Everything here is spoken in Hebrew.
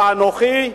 ואנוכי.